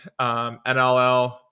NLL